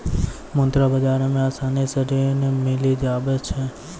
मुद्रा बाजार मे आसानी से ऋण मिली जावै छै